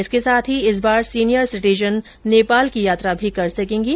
इसके साथ ही इस बार सीनियर सिटिजन नेपाल की यात्रा भी कर सकेंगे